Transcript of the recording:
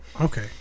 Okay